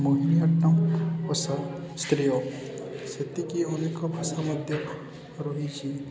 ମୋହିନୀ ନାଟ୍ୟମ୍ ଓ ଶାସ୍ତ୍ରୀୟ ସେତିକି ଅନେକ ଭାଷା ମଧ୍ୟ ରହିଛି